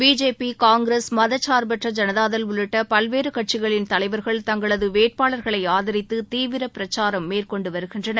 BJP Congress மதசார்பற்ற ஜனதாதள் உள்ளிட்ட பல்வேறு கட்சிகளின் தலைவர்கள் தங்களது வேட்பாளர்களை ஆதரித்து தீவிர பிரச்சாரம் மேற்கொண்டு வருகின்றனர்